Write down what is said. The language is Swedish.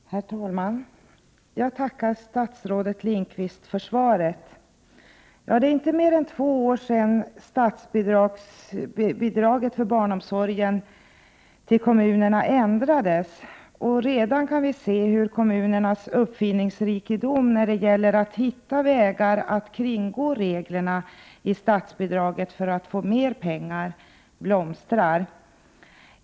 Herr talman! Jag tackar statsrådet Lindqvist för svaret. Det är inte mer än två år sedan som statsbidraget till kommunerna för barnomsorg ändrades, och vi kan redan se hur kommunernas uppfinningsrikedom när det gäller att hitta vägar att kringgå reglerna för statsbidraget för att få mer pengar blomstrar.